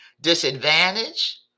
disadvantage